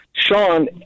Sean